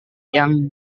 yang